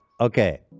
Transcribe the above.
okay